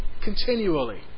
continually